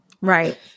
Right